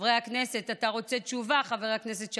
חברי הכנסת, אתה רוצה תשובה, חבר הכנסת שחאדה?